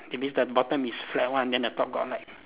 it means the bottom is flat one then the top got like